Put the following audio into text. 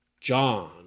John